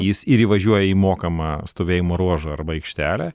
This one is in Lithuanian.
jis ir įvažiuoja į mokamą stovėjimo ruožą arba aikštelę